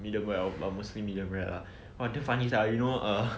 medium well but mostly medium rare lah !wah! damn funny sia you know err